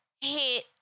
hit